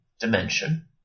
dimension